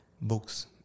books